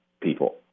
people